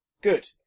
Good